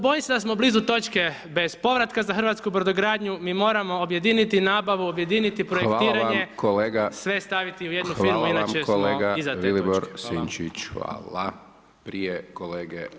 Bojim se da smo blizu točke bez povratka za hrvatsku brodogradnju, mi moramo objediniti nabavu, objediniti projektiranje, sve staviti u jednu firmu inače smo iza te točke.